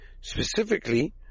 specifically